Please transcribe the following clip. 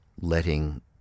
letting